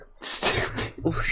stupid